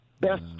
Best